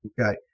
Okay